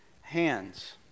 hands